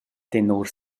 tenor